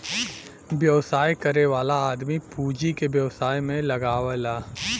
व्यवसाय करे वाला आदमी पूँजी के व्यवसाय में लगावला